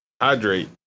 Hydrate